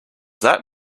that